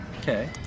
Okay